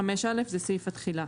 65(א) הוא סעיף התחילה.